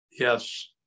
Yes